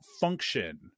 function